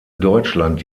deutschland